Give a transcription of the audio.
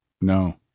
No